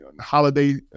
holiday